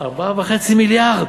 4.5 מיליארד.